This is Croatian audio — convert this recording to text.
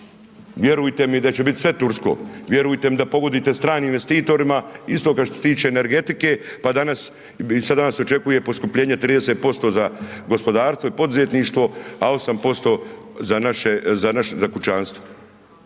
vjerujte mi da će biti sve tursko, vjerujte mi da pogodujete stranim investitorima isto kao što se tiče energetike, pa danas, danas se očekuje poskupljenje 30% za gospodarstvo i poduzetništvo, a 8% za naše,